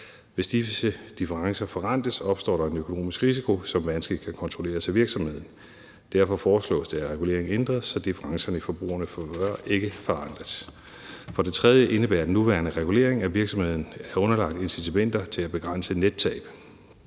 Hvis disse differencer forrentes, opstår der en økonomisk risiko, som vanskeligt kan kontrolleres af virksomheden. Derfor foreslås det, at reguleringen ændres, så differencerne i forbrugernes favør ikke forrentes. For det tredje indebærer den nuværende regulering, at virksomheden er underlagt incitamenter til at begrænse nettab.